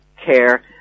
care